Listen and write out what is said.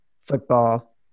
football